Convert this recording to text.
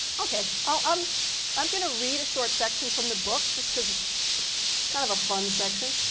ok. ah um i'm going to read a short section from the book, because it's kind of a fun section.